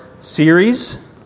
series